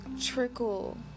Trickle